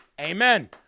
Amen